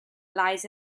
lies